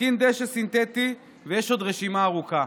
מתקין דשא סינטטי, ויש עוד רשימה ארוכה.